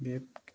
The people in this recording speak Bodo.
बे